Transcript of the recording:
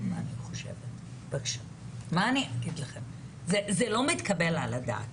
זה לא מתקבל על הדעת.